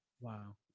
wow